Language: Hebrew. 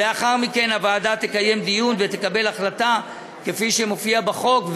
לאחר מכן הוועדה תקיים דיון ותקבל החלטה כפי שמופיע בחוק.